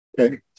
Okay